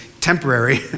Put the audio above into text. temporary